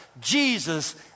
Jesus